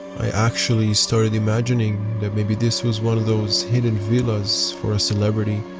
i actually started imagining that maybe this was one of those hidden villas for a celebrity.